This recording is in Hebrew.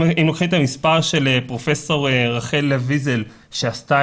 אם לוקחים את המספר של פרופ' רחלה ויזל שעשתה